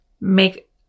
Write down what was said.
make